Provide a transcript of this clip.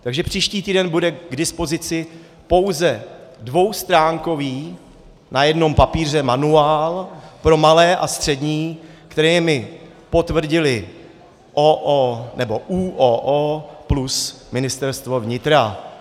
Takže příští týden bude k dispozici pouze dvoustránkový na jednom papíře manuál pro malé a střední, které mi potvrdily OO... nebo ÚOO plus Ministerstvo vnitra.